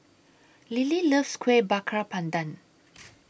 Lily loves Kuih Bakar Pandan